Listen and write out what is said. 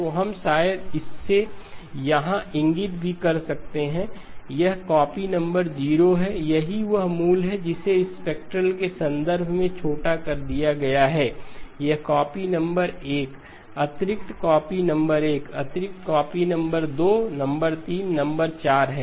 तो हम शायद इसे यहाँ इंगित भी कर सकते हैं यह कॉपी नंबर 0 है यही वह मूल है जिसे स्पेक्ट्रल के संदर्भ में छोटा कर दिया गया है यह कॉपी नंबर 1 अतिरिक्त कॉपी नंबर 1 अतिरिक्त कॉपी नंबर 2 नंबर 3 नंबर 4 है